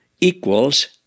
equals